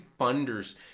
funders